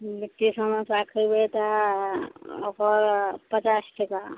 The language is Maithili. लिट्टी समोसा खयबय तऽ ओकर पचास टाका